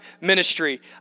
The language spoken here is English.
ministry